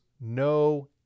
no